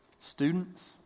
Students